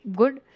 good